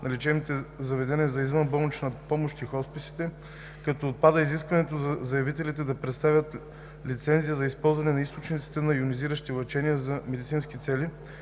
на лечебните заведения за извънболнична помощ и хосписите, като отпада изискването за заявителите да предоставят лицензия за използване на източници на йонизиращи лъчения за медицински цели,